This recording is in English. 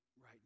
right